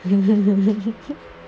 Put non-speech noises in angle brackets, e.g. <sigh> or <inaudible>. <laughs>